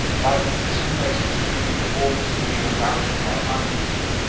like the syntaxx xtreme performance linear power supply i use.